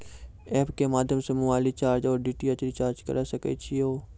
App के माध्यम से मोबाइल रिचार्ज ओर डी.टी.एच रिचार्ज करऽ सके छी यो?